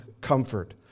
comfort